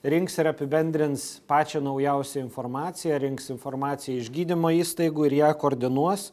rinks ir apibendrins pačią naujausią informaciją rinks informaciją iš gydymo įstaigų ir ją koordinuos